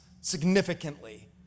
significantly